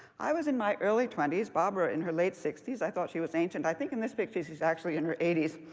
i was in my early twenty s, barbara in her late sixty s. i thought she was ancient. i think in this picture she's actually in her eighty s.